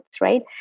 right